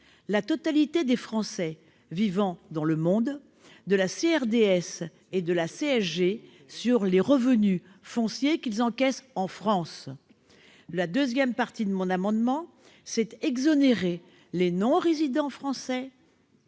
la totalité des Français vivant dans le monde de la CRDS et de la CSG sur les revenus fonciers qu'ils encaissent en France. Il tend, d'autre part, à exonérer les non-résidents français